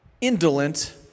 indolent